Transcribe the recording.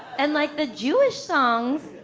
and like the jewish songs,